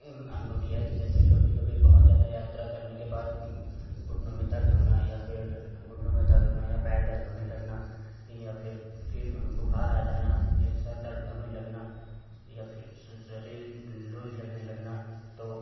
इम अनुभव किया है कि जैसे कभी कभी बहुत ज़्यादा यात्रा करने के बाद घुटनों में दर्द होना या फ़िर घुटनों में दर्द होना या पैर दर्द होने लगना या फ़िर फ़िर हं बुखार आ जाना या सर दर्द होने लगना या फ़िर शरीर लूज लगने लगना तो